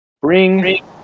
Bring